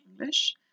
English